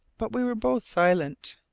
but we were both silent.